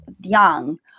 young